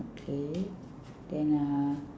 okay then uh